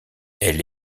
elle